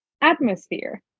atmosphere